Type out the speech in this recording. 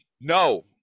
no